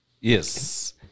Yes